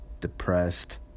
depressed